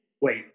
Wait